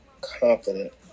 confident